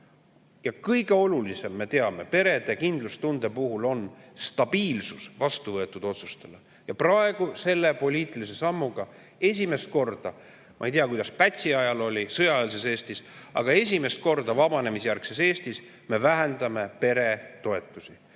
Kõige olulisem: me teame, et perede kindlustunde puhul on [oluline] vastu võetud otsuste stabiilsus. Aga praegu selle poliitilise sammuga esimest korda – ma ei tea, kuidas Pätsi ajal sõjaeelses Eestis oli –, esimest korda vabanemisjärgses Eestis me vähendame peretoetusi.